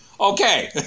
Okay